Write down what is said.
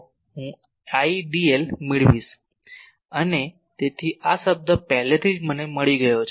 dl મેળવીશ અને તેથી આ પદ પહેલેથી જ મને મળી ગયો છે